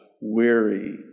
weary